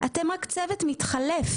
אתם רק צוות מתחלף.